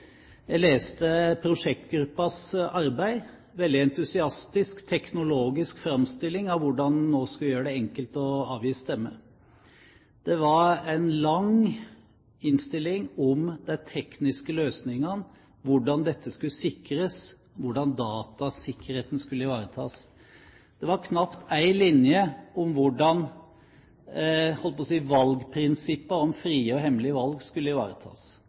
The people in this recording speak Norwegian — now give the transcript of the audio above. Jeg leste prosjektgruppens arbeid, en veldig entusiastisk, teknologisk framstilling av hvordan en nå skulle gjøre det enkelt å avgi stemme. Det var en lang innstilling om de tekniske løsningene, hvordan dette skulle sikres, hvordan datasikkerheten skulle ivaretas. Det var knapt én linje om hvordan prinsippet om frie og hemmelige valg skulle ivaretas.